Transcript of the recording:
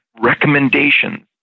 Recommendations